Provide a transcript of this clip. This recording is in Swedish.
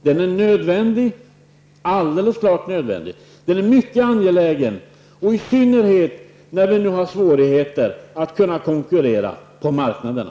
Den är nödvändig -- alldeles klart nödvändig. Den är mycket angelägen, i synnerhet när vi nu har svårigheter att konkurrera på marknaderna.